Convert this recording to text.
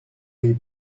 les